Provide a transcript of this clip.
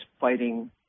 fighting